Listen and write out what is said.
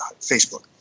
Facebook